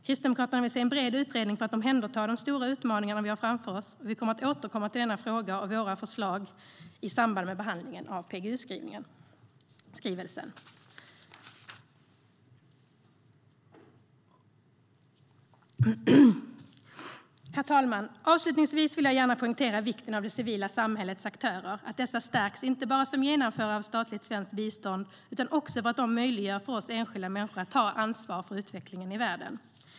Kristdemokraterna vill se en bred utredning för att omhänderta de stora utmaningar vi har framför oss, och vi kommer att återkomma till denna fråga och våra förslag i samband med behandlingen av PGU-skrivelsen.Herr talman! Avslutningsvis vill jag gärna poängtera vikten av det civila samhällets aktörer och att dessa stärks, inte bara som genomförare av statligt svenskt bistånd utan också för att de möjliggör för oss enskilda människor att ta ansvar för utvecklingen i världen.